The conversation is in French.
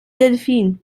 delphine